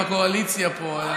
אורן,